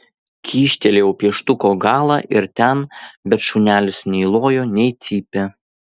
kyštelėjau pieštuko galą ir ten bet šunelis nei lojo nei cypė